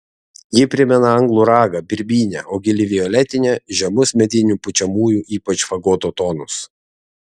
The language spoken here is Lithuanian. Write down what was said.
ji primena anglų ragą birbynę o gili violetinė žemus medinių pučiamųjų ypač fagoto tonus